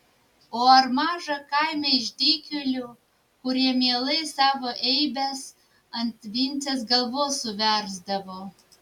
o ar maža kaime išdykėlių kurie mielai savo eibes ant vincės galvos suversdavo